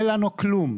אין לנו כלום.